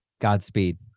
godspeed